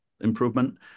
improvement